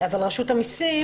אבל רשות המיסים,